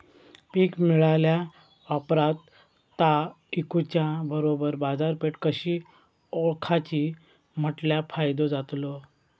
पीक मिळाल्या ऑप्रात ता इकुच्या बरोबर बाजारपेठ कशी ओळखाची म्हटल्या फायदो जातलो?